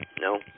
No